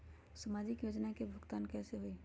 समाजिक योजना के भुगतान कैसे होई?